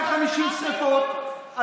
150 שרפות,